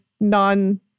non